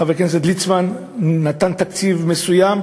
חבר הכנסת ליצמן נתן תקציב מסוים,